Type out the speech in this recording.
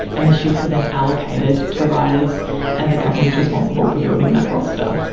and the shifts are then allocated to riders and the company is responsible for building that roster.